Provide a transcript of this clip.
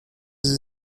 sie